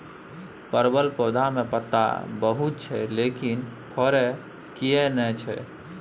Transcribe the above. परवल पौधा में पत्ता बहुत छै लेकिन फरय किये नय छै?